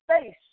face